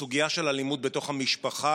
הסוגיה של אלימות בתוך המשפחה,